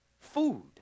Food